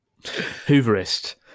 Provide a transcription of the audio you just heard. Hooverist